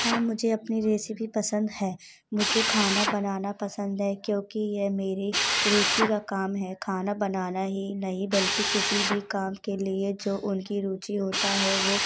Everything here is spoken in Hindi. हाँ मुझे अपनी रेसिपी पसंद है मुझे खाना बनाना पसंद है क्योंकि यह मेरे रुची का काम है खाना बनाना ही नहीं बल्कि किसी भी काम के लिए जो उनकी रुची होती है वो